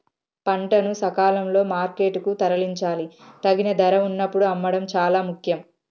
పంటను సకాలంలో మార్కెట్ కు తరలించాలి, తగిన ధర వున్నప్పుడు అమ్మడం చాలా ముఖ్యం